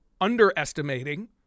underestimating